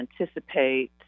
anticipate